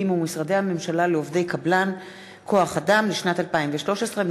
ומשרדי הממשלה לעובדי קבלן כוח-אדם לשנת 2013,